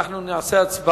אנחנו נעשה הצבעה